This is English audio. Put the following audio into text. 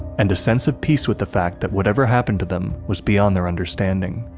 and a sense of peace with the fact that whatever happened to them was beyond their understanding.